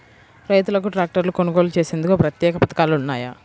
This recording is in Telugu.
రైతులకు ట్రాక్టర్లు కొనుగోలు చేసేందుకు ప్రత్యేక పథకాలు ఉన్నాయా?